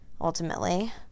ultimately